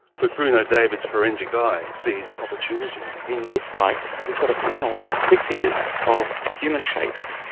but bruno david's forensic eye sees opportunity. in this site we've got a panel of stick figures, of human shapes,